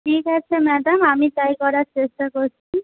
ঠিক আছে ম্যাডাম আমি তাই করার চেষ্টা করছি